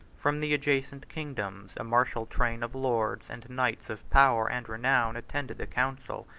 from the adjacent kingdoms, a martial train of lords and knights of power and renown attended the council,